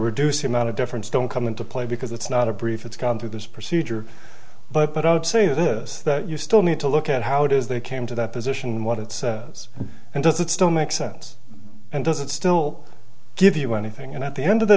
reduce the amount of deference don't come into play because it's not a brief it's gone through this procedure but i would say this that you still need to look at how it is they came to that position what it does and does it still make sense and does it still give you anything and at the end of the